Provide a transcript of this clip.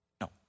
No